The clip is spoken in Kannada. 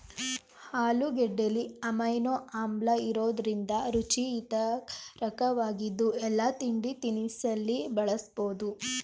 ಆಲೂಗೆಡ್ಡೆಲಿ ಅಮೈನೋ ಆಮ್ಲಇರೋದ್ರಿಂದ ರುಚಿ ಹಿತರಕವಾಗಿದ್ದು ಎಲ್ಲಾ ತಿಂಡಿತಿನಿಸಲ್ಲಿ ಬಳಸ್ಬೋದು